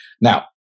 Now